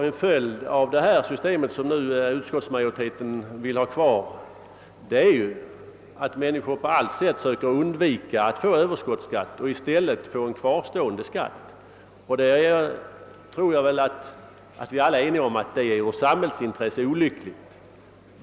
En följd av det system som utskottsmajoriteten vill ha kvar är att människor på allt sätt söker undvika överskottsskatt och i stället får en kvarstående skatt. Att detta är olyckligt ur samhällets synpunkt råder det väl allmän enighet om.